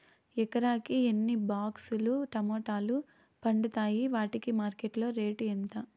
ఎకరాకి ఎన్ని బాక్స్ లు టమోటాలు పండుతాయి వాటికి మార్కెట్లో రేటు ఎంత?